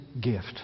gift